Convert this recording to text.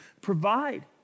Provide